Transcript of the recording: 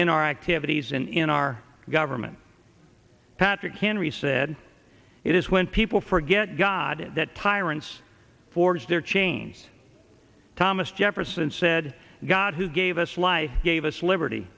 in our activities and in our government patrick henry said it is when people forget god that tyrants forged their chains thomas jefferson said god who gave us life gave us liberty